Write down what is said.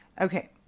Okay